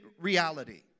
reality